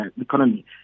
economy